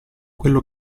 quello